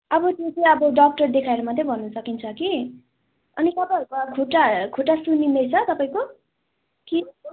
अब त्यो चाहिँ अब डाक्टर देखाएर मात्रै भन्नु सकिन्छ कि अनि तपाईँहरूको खुट्टा खुट्टा सुन्निन्दैछ तपाईँको कि